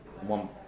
one